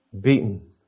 beaten